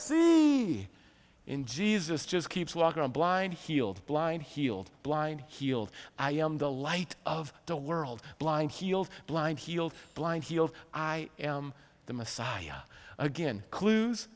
be in jesus just keeps walking on blind healed blind healed blind healed i am the light of the world blind healed blind healed blind healed i am the messiah again clues